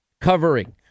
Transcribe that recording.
covering